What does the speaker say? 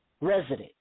resident